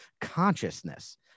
consciousness